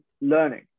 learning